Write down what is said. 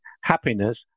happiness